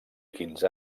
quinze